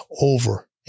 over